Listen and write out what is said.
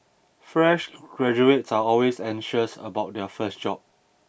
fresh graduates are always anxious about their first job